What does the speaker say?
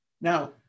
Now